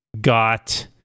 got